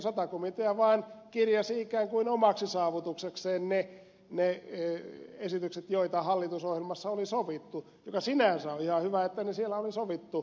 sata komitea vain kirjasi ikään kuin omaksi saavutuksekseen ne esitykset joita hallitusohjelmassa oli sovittu mikä sinänsä on ihan hyvä että ne siellä oli sovittu